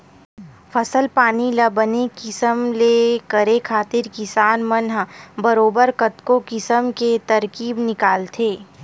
फसल पानी ल बने किसम ले करे खातिर किसान मन ह बरोबर कतको किसम के तरकीब निकालथे